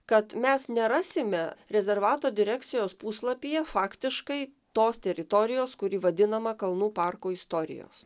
kad mes nerasime rezervato direkcijos puslapyje faktiškai tos teritorijos kuri vadinama kalnų parku istorijos